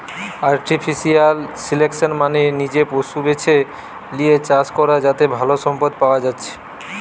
artificial selection মানে নিজে পশু বেছে লিয়ে চাষ করা যাতে ভালো সম্পদ পায়া যাচ্ছে